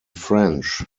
french